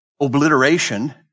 obliteration